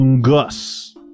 Gus